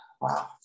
wow